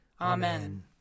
Amen